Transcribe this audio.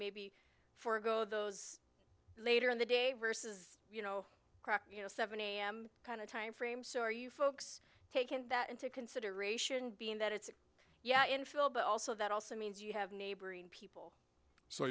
maybe forego those later in the day versus you know you know seven am kind of time frame so are you folks taken that into consideration being that it's yeah infill but also that also means you have neighboring people so